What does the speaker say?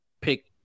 pick